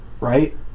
right